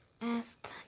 asked